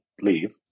leave